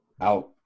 out